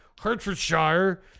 Hertfordshire